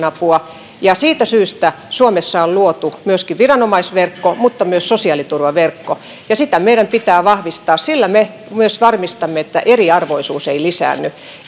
apua siitä syystä suomessa on luotu myöskin viranomaisverkko mutta myös sosiaaliturvaverkko ja sitä meidän pitää vahvistaa sillä me myös varmistamme että eriarvoisuus ei lisäänny